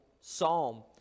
psalm